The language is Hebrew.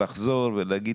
לחזור ולהגיד?